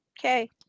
Okay